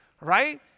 right